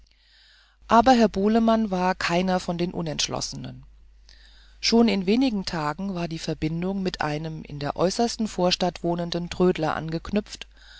aber herr bulemann war keiner von den unentschlossenen schon in wenigen tagen war die verbindung mit einem in der äußersten vorstadt wohnenden trödler angeknüpft